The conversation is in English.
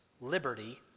liberty